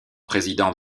président